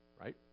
right